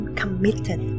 committed